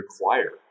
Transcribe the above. require